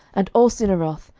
and all cinneroth,